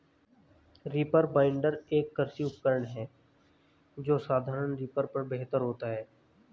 reaper binder, एक कृषि उपकरण है जो साधारण रीपर पर बेहतर होता है